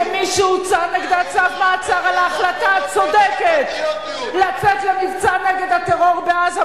כמי שהוצא נגדה צו מעצר על ההחלטה הצודקת לצאת למבצע נגד הטרור בעזה,